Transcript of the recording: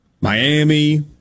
Miami